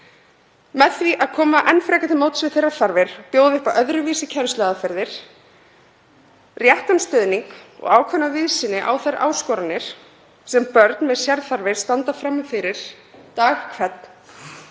Með því að koma enn frekar til móts við þarfir þeirra, bjóða þeim upp á öðruvísi kennsluaðferðir, réttan stuðning og ákveðna víðsýni á þær áskoranir sem börn með sérþarfir standa frammi fyrir dag hvern,